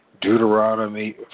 Deuteronomy